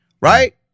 Right